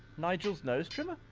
nigel's nose trimmer?